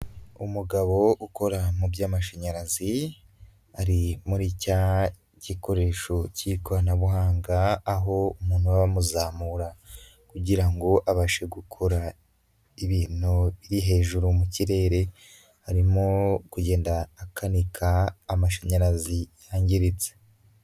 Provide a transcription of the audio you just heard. Umugabo ukora mu by'amashanyarazi, ari muri cya gikoresho k'ikoranabuhanga, aho umuntu aba amuzamura kugira ngo abashe gukora ibintu biri hejuru mu kirere, arimo kugenda akanika amashanyarazi yangiritse.